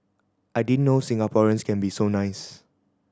I didn't know Singaporeans can be so nice